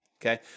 okay